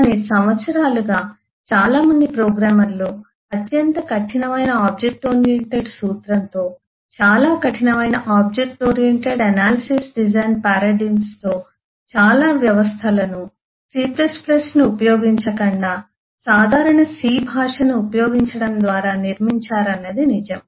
కానీ సంవత్సరాలుగా చాలా మంది ప్రోగ్రామర్లు అత్యంత కఠినమైన ఆబ్జెక్ట్ ఓరియెంటెడ్ సూత్రంతో చాలా కఠినమైన object oriented analysis design paradigms తో చాలా వ్యవస్థలను C ను ఉపయోగించకుండా సాధారణ C భాషను ఉపయోగించడం ద్వారా నిర్మించారన్నది నిజం